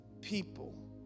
people